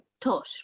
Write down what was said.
tosh